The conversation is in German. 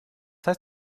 heißt